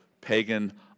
pagan